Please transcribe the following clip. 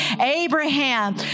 Abraham